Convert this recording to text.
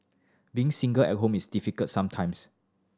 being single at home is difficult sometimes